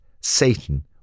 Satan